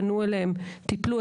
פנו אליהם, טיפלו.